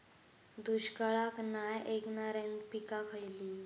दुष्काळाक नाय ऐकणार्यो पीका खयली?